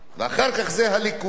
ואחר כך זה הליכוד.